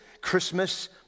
Christmas